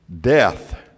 death